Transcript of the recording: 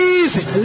easy